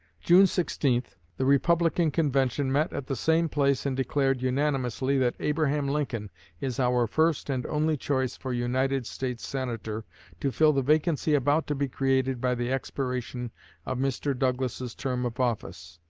june sixteen the republican convention met at the same place and declared unanimously that abraham lincoln is our first and only choice for united states senator to fill the vacancy about to be created by the expiration of mr. douglas's term of office.